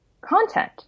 content